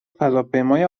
فضاپیمای